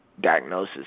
diagnosis